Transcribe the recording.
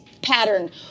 pattern